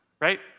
right